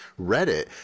reddit